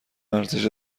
ارزش